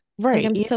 Right